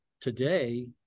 today